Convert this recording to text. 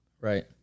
Right